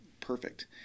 perfect